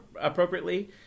appropriately